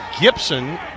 Gibson